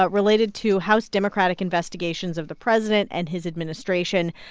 but related to house democratic investigations of the president and his administration.